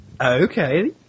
Okay